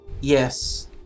Yes